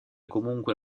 comunque